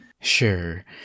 sure